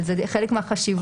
אבל זה חלק מהחשיבות.